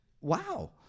Wow